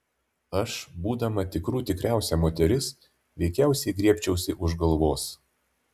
aš būdama tikrų tikriausia moteris veikiausiai griebčiausi už galvos